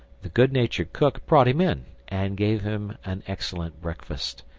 the good-natured cook brought him in, and gave him an excellent breakfast,